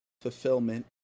fulfillment